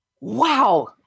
Wow